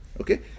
Okay